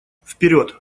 вперед